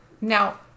Now